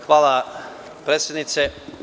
Hvala predsednice.